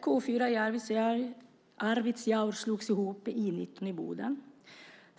K 4 i Arvidsjaur slogs ihop med I 19 i Boden.